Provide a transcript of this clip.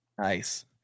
Nice